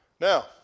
Now